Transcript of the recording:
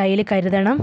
കയ്യിൽ കരുതണം